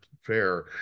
fair